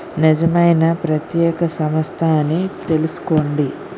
నిజమైన ప్రత్యేక సంస్థ అని తెలుసుకోండి